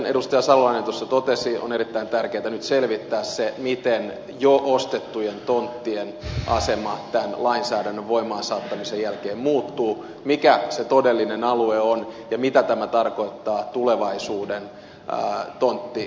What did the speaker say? salolainen tuossa totesi on erittäin tärkeätä nyt selvittää se miten jo ostettujen tonttien asema tämän lainsäädännön voimaansaattamisen jälkeen muuttuu mikä se todellinen alue on ja mitä tämä tarkoittaa tulevaisuuden tonttikaupoille